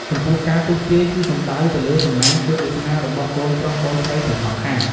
ចំពោះការទស្សន៍ទាយគឺសំដៅទៅលើសំណាងជោគវាសនារបស់កូនប្រុសកូនស្រីទាំងសងខាង។